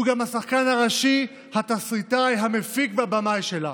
הוא גם השחקן הראשי, התסריטאי, המפיק והבמאי שלה,